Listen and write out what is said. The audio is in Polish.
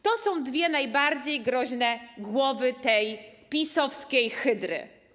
To są dwie najbardziej groźne głowy tej PiS-owskiej hydry.